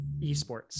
eSports